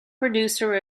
producer